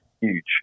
huge